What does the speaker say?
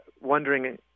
wondering